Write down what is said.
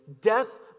Death